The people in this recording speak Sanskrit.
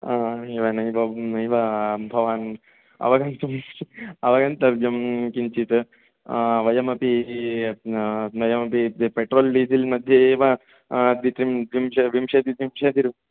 नैव नैव भवान् अवगन्तुम् अवगन्तव्यं किञ्चित् वयमपि वयमपि पेट्रोल् डीजिल् मध्ये एव विंशतिः त्रिंशतिः रुप्